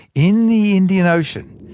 in the indian ocean,